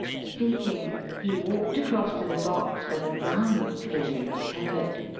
speaking, he walked across to the box where the brown filly was tethered,